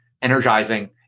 energizing